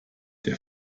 der